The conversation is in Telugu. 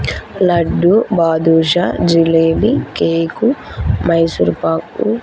లడ్డు బాదుషా జిలేబీ కేకు మైసూర్ పాకు